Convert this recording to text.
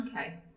Okay